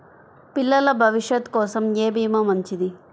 పిల్లల భవిష్యత్ కోసం ఏ భీమా మంచిది?